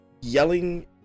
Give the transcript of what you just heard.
yelling